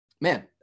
man